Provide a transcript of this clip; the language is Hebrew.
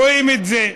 רואים את זה.